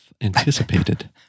anticipated